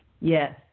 Yes